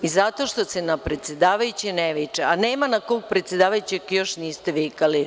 I zato što se na predsedavajuće ne viče, a nema na kog predsedavajućeg još niste vikali.